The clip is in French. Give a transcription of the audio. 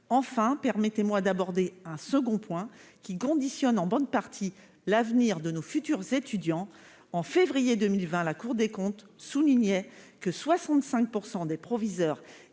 Enfin, permettez-moi d'aborder un second point, qui conditionne en bonne partie l'avenir de nos futurs étudiants. En février 2020, la Cour des comptes soulignait que 65 % des proviseurs